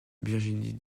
virginie